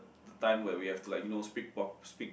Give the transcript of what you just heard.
the time when we have to like you know speak prop speak